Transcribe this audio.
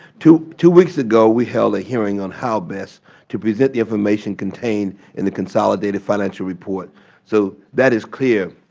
to two weeks ago we held a hearing on how best to present the information contained in the consolidated financial report so that it is clear